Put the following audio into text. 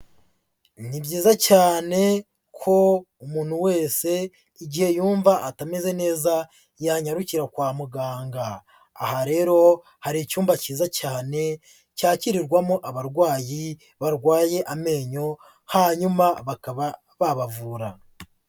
Ni byiza cyane ko umuntu wese igihe yumva atameze neza yanyarukira kwa muganga, aha rero hari icyumba cyiza cyane cyakirirwamo abarwayi barwaye amenyo, hanyuma bakaba babavura.